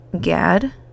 gad